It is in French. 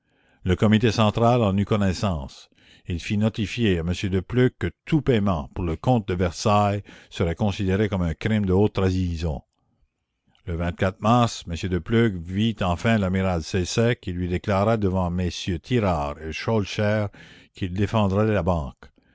le comité central en eut connaissance il fit notifier à m de pleuc que tout payement pour le compte de versailles serait considéré comme un crime de haute trahison e mars m de pleuc vit enfin l'amiral saisset qui lui déclara devant mm tirard et schoelcher qu'il défendrait la banque